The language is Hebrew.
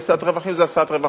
כי השאת רווחים זו השאת רווחים.